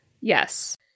Yes